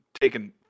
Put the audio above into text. taken